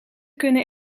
kunnen